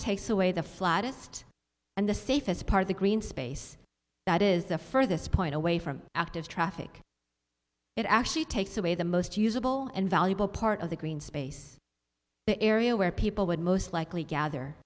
takes away the flattest and the safest part of the green space that is the furthest point away from active traffic it actually takes away the most usable and valuable part of the green space the area where people would most likely gather